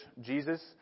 Jesus